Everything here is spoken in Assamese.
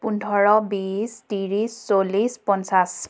পোন্ধৰ বিছ ত্ৰিছ চল্লিছ পঞ্চাছ